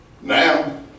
Now